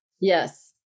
Yes